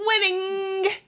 winning